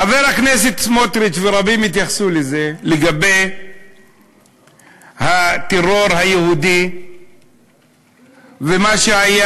חבר הכנסת סמוטריץ ורבים התייחסו לזה לגבי הטרור היהודי ומה שהיה